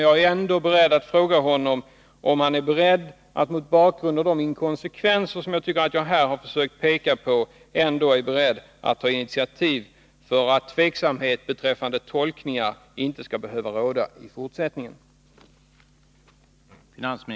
Jag vill ändå fråga finansministern om han, mot bakgrund av de inkonsekvenser som jag här har försökt peka på, är beredd att ta initiativ för att tveksamhet beträffande tolkningen inte skall behöva råda i fortsättningen.